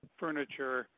furniture